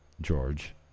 George